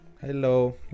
Hello